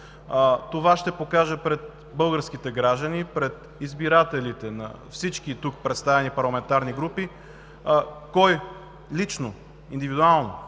Това ще покаже пред българските граждани, пред избирателите на всички тук представени парламентарни групи кой лично, индивидуално,